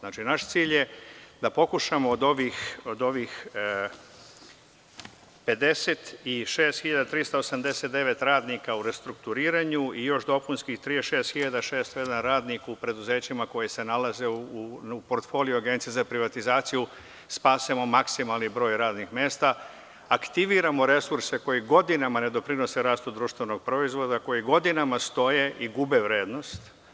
Naš cilj je da pokušamo od ovih 56.389 radnika u restrukturiranju i još dopunskih 36.601. radnika u preduzećima koja se nalaze u portfoliu Agencije za privatizaciju spasemo maksimalni broj radnih mesta, aktiviramo resurse koji godinama ne doprinose rastu društvenog proizvoda, koji godinama stoje i gube vrednost.